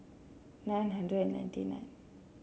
nine hundred ninety nine